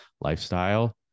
lifestyle